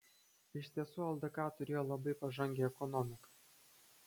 iš tiesų ldk turėjo labai pažangią ekonomiką